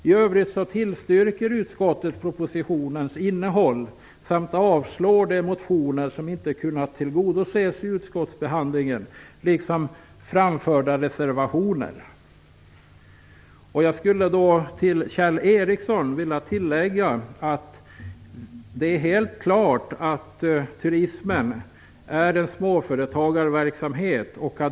I övrigt tillstyrker utskottet propositionens innehåll och avstyrker de motioner som inte kunnat tillgodoses vid utskottsbehandlingen samt framförda reservationer. Till Kjell Ericsson vill jag tillägga att det är helt klart att turismen är en småföretagarverksamhet.